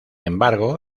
embargo